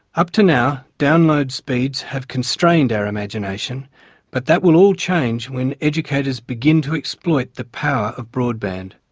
up to now download speeds have constrained our imagination but that will all change when educators begin to exploit the power of broadband.